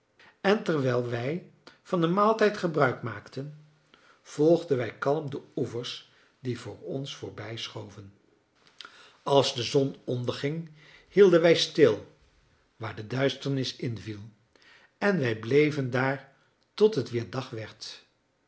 en terwijl wij van den maaltijd gebruik maakten volgden wij kalm de oevers die voor ons voorbijschoven als de zon onderging hielden wij stil waar de duisternis inviel en wij bleven daar tot het weer dag werd